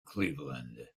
cleveland